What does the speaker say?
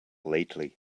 lately